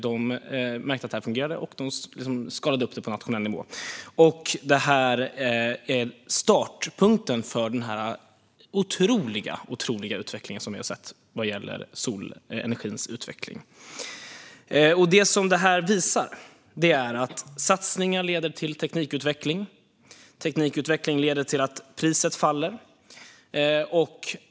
De märkte att det fungerade och skalade upp det på nationell nivå. Detta var startpunkten för den otroliga utveckling som vi har sett vad gäller solenergin. Detta visar att satsningar leder till teknikutveckling och att teknikutveckling leder till att priset faller.